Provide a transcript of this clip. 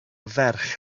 ferch